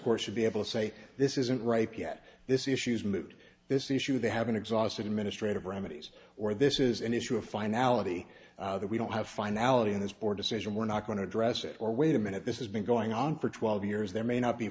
course should be able to say this isn't right yet this issue is moot this issue they haven't exhausted administrative remedies or this is an issue of finality that we don't have finality in this or decision we're not going to address it or wait a minute this has been going on for twelve years there may not be